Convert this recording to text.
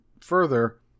further